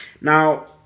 now